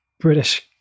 British